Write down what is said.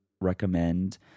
recommend